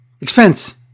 Expense